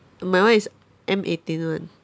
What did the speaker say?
my one is M eighteen [one]